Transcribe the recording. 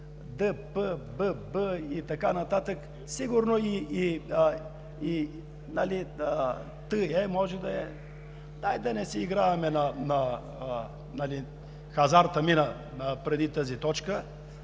Д.П., Б.П. и така нататък, сигурно и Т.Е. може да е… Дайте да не си играем, хазартът мина преди тази точка.